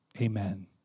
Amen